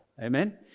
Amen